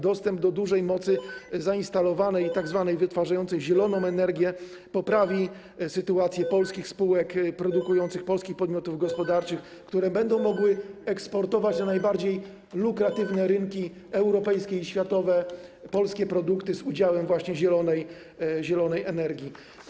Dostęp do dużej mocy zainstalowanej, wytwarzającej tzw. zieloną energię poprawi sytuację polskich spółek produkujących, polskich podmiotów gospodarczych, które będą mogły eksportować na najbardziej lukratywne rynki europejskie i światowe polskie produkty z udziałem właśnie zielonej energii.